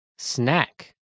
Snack